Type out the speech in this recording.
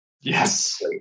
Yes